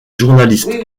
journaliste